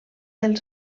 els